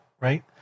right